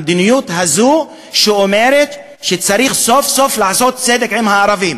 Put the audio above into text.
המדיניות הזאת שאומרת שצריך סוף-סוף לעשות צדק עם הערבים,